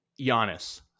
Giannis